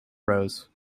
rose